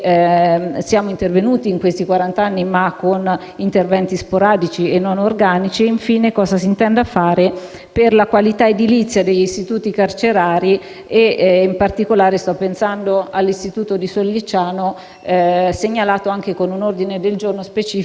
con interventi sporadici e non organici. In ultimo, chiedo che cosa si intenda fare per la qualità edilizia degli istituti carcerari (in particolare sto pensando all'istituto di Sollicciano, segnalato anche con un ordine del giorno specifico dal Consiglio comunale da Firenze).